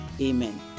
Amen